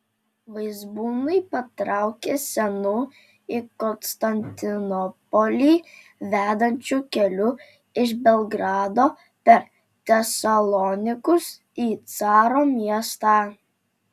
vaizbūnai patraukė senu į konstantinopolį vedančiu keliu iš belgrado per tesalonikus į caro miestą